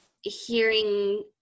hearing